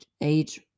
age